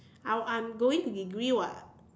I'll I'm going to degree [what]